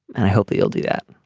and i hope you'll do that.